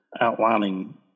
outlining